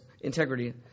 integrity